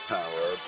Power